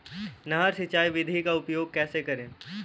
नहर सिंचाई विधि का उपयोग कैसे करें?